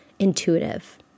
intuitive